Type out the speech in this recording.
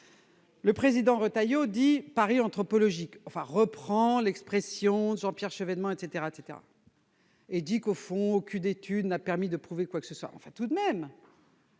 Le président Retailleau a parlé de « pari anthropologique », en reprenant l'expression de Jean-Pierre Chevènement, et dit que, au fond aucune étude n'avait permis de prouver quoi que ce soit ... Tout de même,